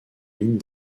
mines